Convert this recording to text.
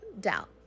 doubt